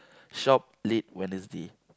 shop late Wednesday